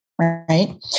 right